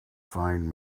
find